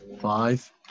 Five